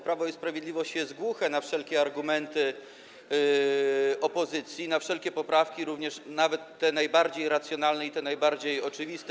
Prawo i Sprawiedliwość jest głuche na wszelkie argumenty opozycji, na wszelkie poprawki, nawet te najbardziej racjonalne i te najbardziej oczywiste.